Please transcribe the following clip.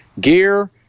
Gear